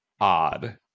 Odd